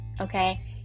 okay